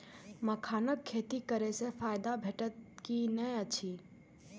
मखानक खेती करे स फायदा भेटत की नै अछि?